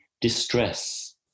distress